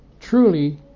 truly